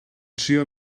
trio